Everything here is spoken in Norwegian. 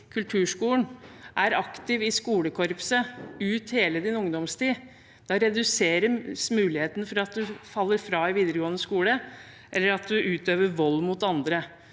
kulturskolen og er aktiv i skolekorpset ut hele ungdomstiden, reduseres muligheten for at du faller fra i videregående skole, eller at du utøver vold mot andre.